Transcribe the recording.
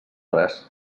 res